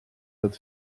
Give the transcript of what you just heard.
that